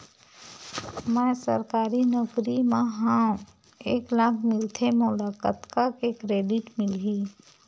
मैं सरकारी नौकरी मा हाव एक लाख मिलथे मोला कतका के क्रेडिट मिलही?